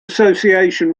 association